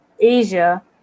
Asia